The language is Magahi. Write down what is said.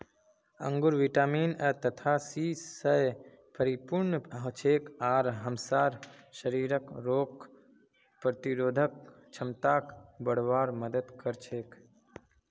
अंगूर विटामिन ए तथा सी स परिपूर्ण हछेक आर हमसार शरीरक रोग प्रतिरोधक क्षमताक बढ़वार मदद कर छेक